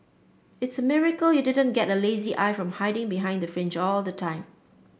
it's a miracle you didn't get a lazy eye from hiding behind the fringe all the time